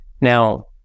Now